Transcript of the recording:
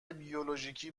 بیولوژیکی